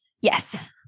Yes